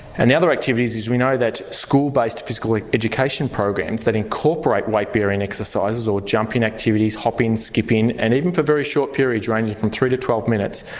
and the other activities, we know that school based physical like education programs that incorporate weight bearing exercises or jumping activities, hopping, skipping and even for very short periods ranging from three to twelve minutes,